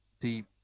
deep